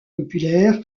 populaire